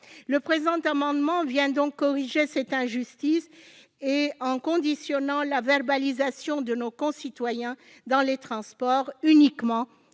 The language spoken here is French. Le présent amendement vise à corriger cette injustice, en autorisant la verbalisation de nos concitoyens dans les transports uniquement